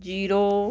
zero